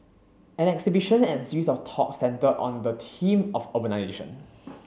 an exhibition and a series of talks centred on the theme of urbanisation